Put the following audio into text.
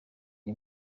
iyi